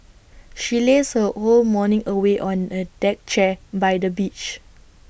she lazed her whole morning away on A deck chair by the beach